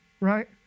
Right